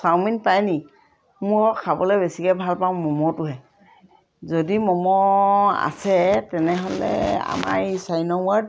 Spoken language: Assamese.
চাওমিন পায় নেকি মোৰ খাবলৈ বেছিকৈ ভাল পাওঁ ম'ম'টোহে যদি ম'ম' আছে তেনেহ'লে আমাৰ এই চাৰি নং ৱাৰ্ড